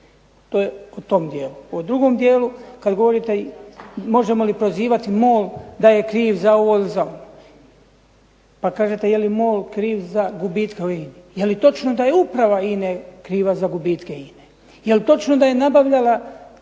To je o tom dijelu. O drugom dijelu, kad govorite, možemo li prozivati MOL da je kriv za ovo ili za ono. Pa kažete je li MOL kriv za gubitke u INA-i. Je li točno da je uprava INA-e kriva za gubitke INA-e? Je li točno da je nabavljala naftu